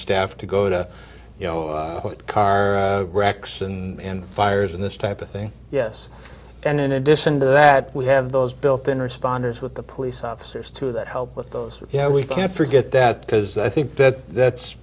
staff to go to you know car wrecks and fires in this type of thing yes and in addition to that we have those built in responders with the police officers too that help with those you know we can't forget that because i think that that's